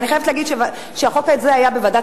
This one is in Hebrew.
אני חייבת להגיד שהחוק הזה היה בוועדת